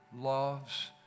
loves